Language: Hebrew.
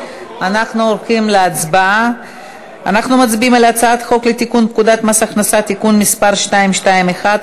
אנחנו מצביעים על הצעת חוק לתיקון פקודת מס הכנסה (מס' 221),